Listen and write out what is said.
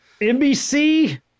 NBC